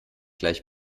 gleich